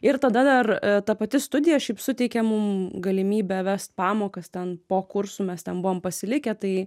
ir tada dar ta pati studija šiaip suteikė mum galimybę vest pamokas ten po kursų mes ten buvom pasilikę tai